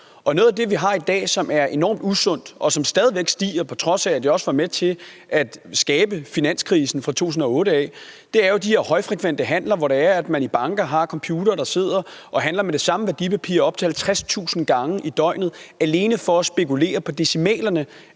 Og noget af det, vi har i dag, som er enormt usundt, og som stadig væk stiger, på trods af at det også var med til at skabe finanskrisen i 2008, er jo de her højfrekvente handler, hvor man i banker har computere, der handler med det samme værdipapir op til 50.000 gange i døgnet alene for at spekulere i decimalerne